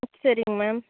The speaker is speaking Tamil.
ம் சரிங்க மேம்